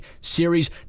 series